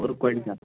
اوٚڈ کۄینٛٹل